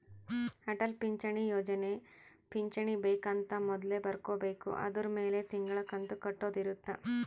ಅಟಲ್ ಪಿಂಚಣಿ ಯೋಜನೆ ಪಿಂಚಣಿ ಬೆಕ್ ಅಂತ ಮೊದ್ಲೇ ಬರ್ಕೊಬೇಕು ಅದುರ್ ಮೆಲೆ ತಿಂಗಳ ಕಂತು ಕಟ್ಟೊದ ಇರುತ್ತ